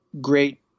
great